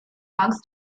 amongst